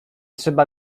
trzeba